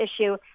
issue